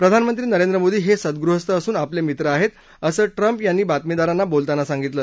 प्रधानमंत्री नरेंद्र मोदी हे सद्गगृहस्थ असून आपले मित्र आहेत असं ट्रम्प यांनी बातमीदारांना बोलताना सांगितलं